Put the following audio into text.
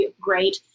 Great